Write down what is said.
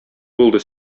булды